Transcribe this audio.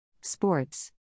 Sports